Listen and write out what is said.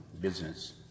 business